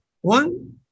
One